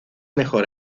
mejor